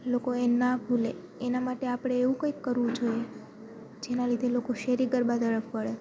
લોકો એ ના ભૂલે એના માટે આપણે એવું કંઈક કરવું જોઈએ જેના લીધે લોકો શેરી ગરબા તરફ વળે